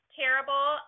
terrible